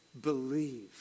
believe